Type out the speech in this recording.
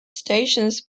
stations